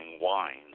wines